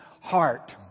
heart